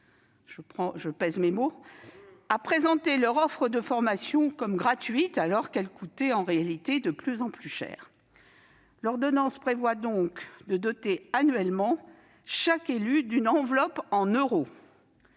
je pèse mes mots -à présenter leur offre de formation comme « gratuite », alors qu'elle coûtait en réalité de plus en plus en cher. Oui ! L'ordonnance prévoit donc de doter annuellement chaque élu d'une enveloppe en euros.